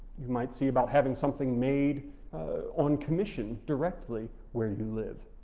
you might see about having something made on commission directly where you live,